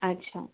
আচ্ছা